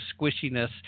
squishiness